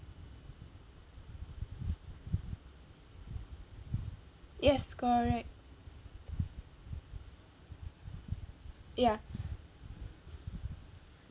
yes correct ya